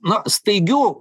na staigių